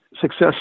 success